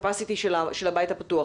הקפסיטי של הבית הפתוח.